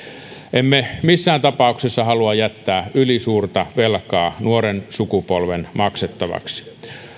emme missään tapauksessa halua jättää ylisuurta velkaa nuoren sukupolven maksettavaksi